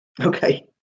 Okay